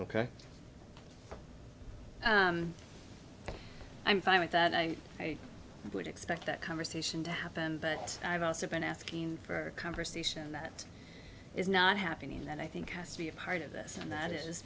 ok i'm fine with that i would expect that conversation to happen but i've also been asking for a conversation that is not happening that i think has to be a part of this and that i